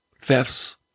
thefts